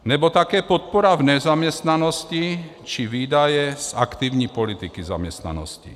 Nebo také podpora v nezaměstnanosti či výdaje z aktivní politiky zaměstnanosti.